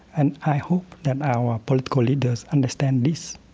and i hope that our political leaders understand this